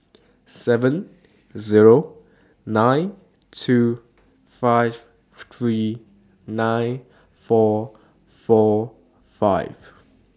seven Zero nine two five three nine four four five